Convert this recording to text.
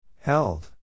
held